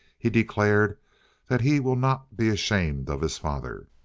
he declared that he will not be ashamed of his father.